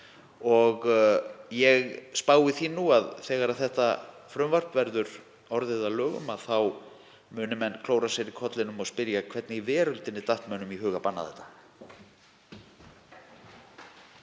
og ég spái því nú að þegar þetta frumvarp verður orðið að lögum þá muni menn klóra sér í kollinum og spyrja: Hvernig í veröldinni datt mönnum í hug að banna þetta?